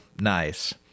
nice